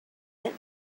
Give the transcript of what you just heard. sent